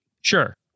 Sure